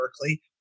Berkeley